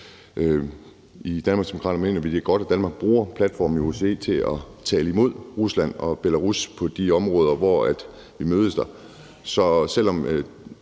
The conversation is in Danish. I Danmarksdemokraterne mener vi, det er godt, at Danmark bruger platformen i OECD til at tale imod Rusland og Belarus på de områder, hvor vi mødes der.